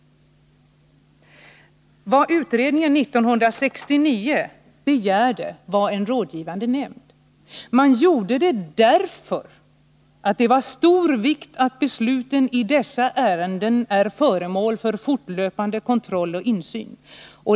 Vad utredningen 1969 begärde var en rådgivande nämnd. Man gjorde det därför att det är av stor vikt att besluten i dessa ärenden är föremål för fortlöpande kontroll och insyn.